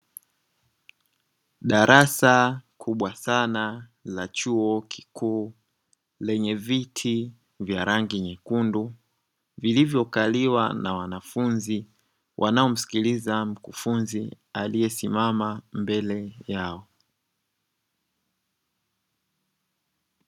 Darasa kubwa sana la chuo kikuu lenye viti vya rangi nyekundu, vilivyokaliwa na wanafunzi wanaomsikiliza mkufunzi aliyesimama mbele yao.